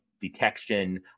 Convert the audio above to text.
detection